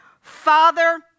Father